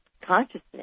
consciousness